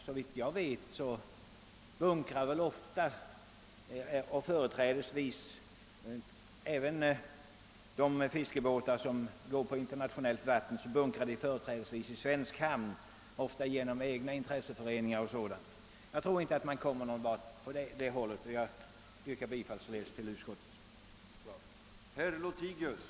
Såvitt jag vet bunkrar nämligen ofta även de båtar som går på internationellt vatten företrädesvis i svensk hamn, genom egna intresseföreningar eller dylikt. Jag tror inte att man kommer någon vart den vägen. Herr talman! Jag yrkar bifall till utskottets hemställan.